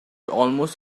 almost